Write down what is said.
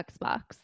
Xbox